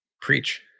Preach